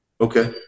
Okay